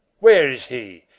where is he?